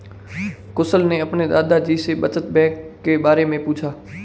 कुशल ने अपने दादा जी से बचत बैंक के बारे में पूछा